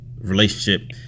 relationship